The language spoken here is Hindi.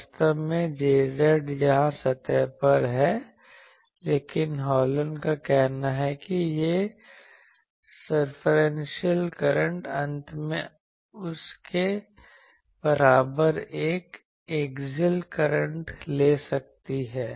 वास्तव में Jz यहां सतह पर है लेकिन हॉलन का कहना है कि ये सर्कंफरेंशियल करंट अंत में उसके बराबर एक एक्सेल करंट ले सकती है